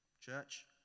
church